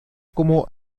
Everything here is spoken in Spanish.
como